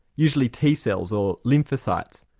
usually t cells or lymphocytes,